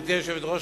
גברתי היושבת-ראש,